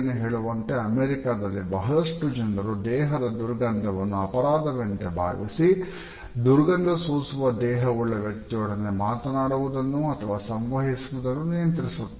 ಒಂದು ಅಧ್ಯಯನ ಹೇಳುವಂತೆ ಅಮೇರಿಕಾದಲ್ಲಿ ಬಹಳಷ್ಟು ಜನರು ದೇಹದ ದುರ್ಗಂಧವನ್ನು ಅಪರಾಧದಂತೆ ಭಾವಿಸಿ ದುರ್ಗಂಧ ಸೂಸುವ ದೇಹವುಳ್ಳ ವ್ಯಕ್ತಿಯೊಡನೆ ಮಾತನಾಡುವುದನ್ನು ಅಥವಾ ಸಂವಹಿಸುವುದನ್ನು ನಿಯಂತ್ರಿಸುತ್ತಾರೆ